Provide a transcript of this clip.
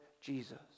Jesus